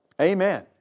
Amen